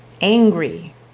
angry